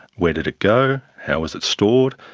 where did it go, how was it stored,